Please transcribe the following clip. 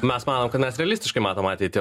mes manom kad mes realistiškai matom ateitį